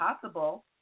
possible